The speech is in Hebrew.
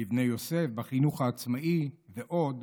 בבני יוסף, בחינוך העצמאי ועוד,